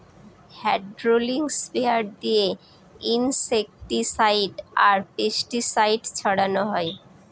hydraulic sprayer দিয়ে insecticide আর pesticide ছড়ানো হয়